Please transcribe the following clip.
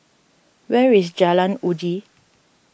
where is Jalan Uji